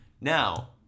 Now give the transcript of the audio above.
Now